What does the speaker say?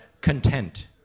content